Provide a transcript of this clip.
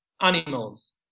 animals